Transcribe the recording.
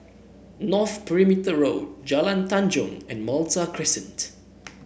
North Perimeter Road Jalan Tanjong and Malta Crescent